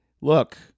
Look